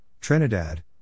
Trinidad